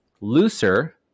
looser